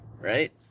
Right